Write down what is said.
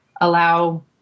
allow